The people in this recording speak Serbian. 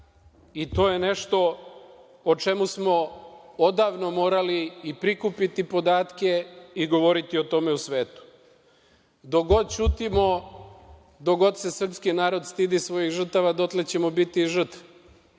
i to je nešto o čemu smo odavno morali prikupiti podatke i govoriti o tome u svetu. Dok god ćutimo, dok god se srpski narod stidi svojih žrtava, dotle ćemo biti žrtve. Neki